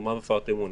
מרמה והפרת אמונים,